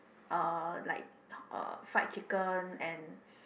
uh like uh fried chicken and